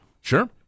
Sure